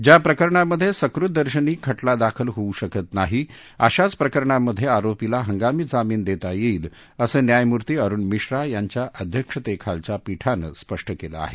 ज्या प्रकरणांमध्ये सकृतदर्शनी खटला दाखल होऊ शकत नाही अशाच प्रकरणांमध्ये आरोपीला हंगामी जामीन देता येईल असं न्याययमूर्ती अरूण मिश्रा यांच्या अध्यक्षतेखालच्या पीठानं स्पष्ट केलं आहे